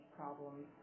problems